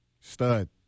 Stud